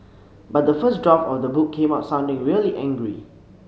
but the first draft of the book came out sounding really angry